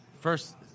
first